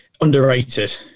underrated